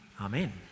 Amen